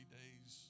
days